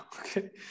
Okay